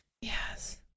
Yes